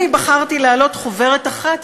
אני בחרתי להעלות חוברת אחת,